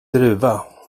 druva